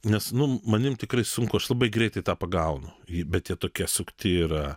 nes nu manim tikrai sunku aš labai greitai tą pagaunu bet jie tokie sukti yra